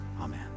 Amen